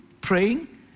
praying